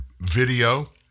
Video